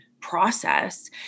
process